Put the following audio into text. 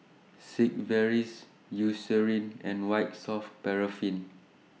Sigvaris Eucerin and White Soft Paraffin